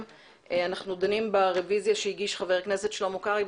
אנחנו דנים ברוויזיה שהגיש חבר הכנסת שלמה קרעי.